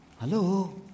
hello